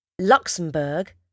Luxembourg